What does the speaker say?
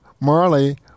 Marley